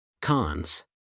cons